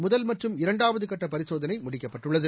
முதல் மற்றும் இரண்டாவதுகட்டபரிசோதனைமுடிக்கப்பட்டுள்ளது